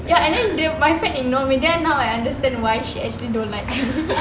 ya then my friend ignore me then now I understand why she actually don't like me